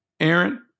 Aaron